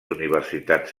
universitats